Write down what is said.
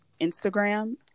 Instagram